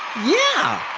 yeah!